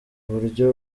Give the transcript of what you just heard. uburyo